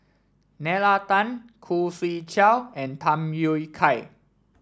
Nalla Tan Khoo Swee Chiow and Tham Yui Kai